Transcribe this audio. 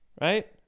right